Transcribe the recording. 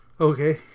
Okay